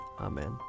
Amen